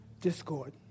Discord